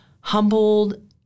humbled